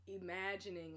imagining